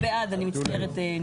הייתי בעד, אני מצטערת.